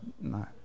No